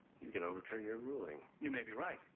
he's gonna overturn your ruling. you may be right,